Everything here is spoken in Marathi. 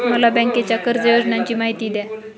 मला बँकेच्या कर्ज योजनांची माहिती द्या